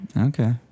Okay